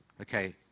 Okay